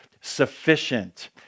sufficient